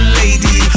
lady